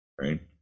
right